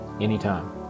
anytime